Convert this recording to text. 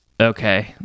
okay